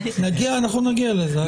אנחנו נגיע לזה.